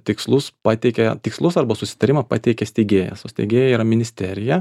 tikslus pateikia tikslus arba susitarimą pateikia steigėjas o steigėja yra ministerija